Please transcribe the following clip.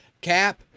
Cap